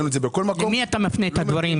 ראינו את זה בכל מקום --- למי אתה מפנה את הדברים,